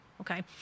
okay